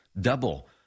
double